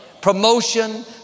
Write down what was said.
promotion